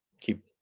keep